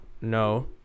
no